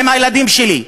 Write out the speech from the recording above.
הם הילדים שלי.